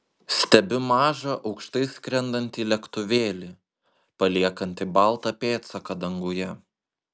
stebiu mažą aukštai skrendantį lėktuvėlį paliekantį baltą pėdsaką danguje